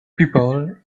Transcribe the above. people